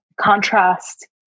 contrast